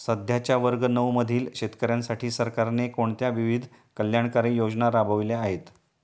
सध्याच्या वर्ग नऊ मधील शेतकऱ्यांसाठी सरकारने कोणत्या विविध कल्याणकारी योजना राबवल्या आहेत?